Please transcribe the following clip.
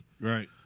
Right